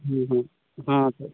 हूं हूं हाँ तो